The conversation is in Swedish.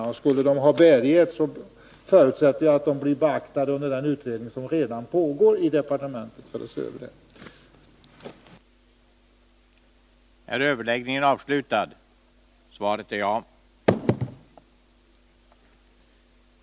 Och skulle uppgifterna ha bärighet, förutsätter jag att de blir beaktade under den utredning som redan pågår i departementet. främja utländska företags etablering i Sverige